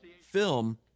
film